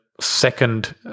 second